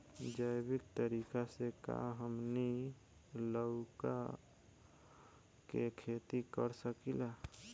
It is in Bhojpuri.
जैविक तरीका से का हमनी लउका के खेती कर सकीला?